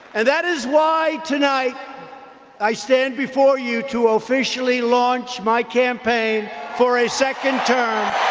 and that is why tonight i stand before you to officially launch my campaign for a second term